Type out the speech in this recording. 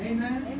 Amen